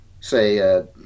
say